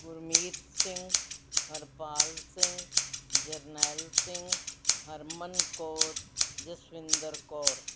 Gurmeet Singh Harpal Singh Jarnail Singh Harman Kaur Jaswinder Kaur